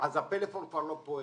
אז הפלאפון כבר לא פועל.